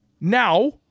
Now